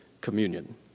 communion